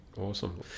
Awesome